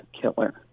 killer